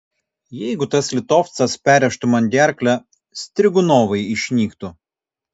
jeigu tas litovcas perrėžtų man gerklę strigunovai išnyktų